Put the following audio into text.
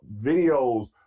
videos